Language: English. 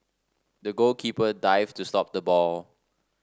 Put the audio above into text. the goalkeeper dived to stop the ball